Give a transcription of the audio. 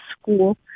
school